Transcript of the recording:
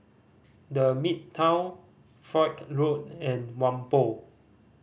The Midtown Foch Road and Whampoa